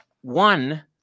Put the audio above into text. One